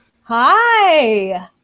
hi